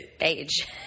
Age